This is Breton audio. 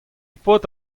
paotr